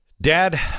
Dad